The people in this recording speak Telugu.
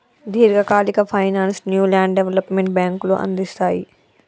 దీర్ఘకాలిక ఫైనాన్స్ ను ల్యాండ్ డెవలప్మెంట్ బ్యేంకులు అందిస్తయ్